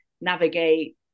navigate